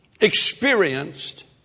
experienced